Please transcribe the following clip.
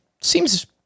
seems